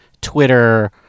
Twitter